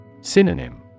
Synonym